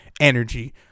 energy